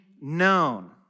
known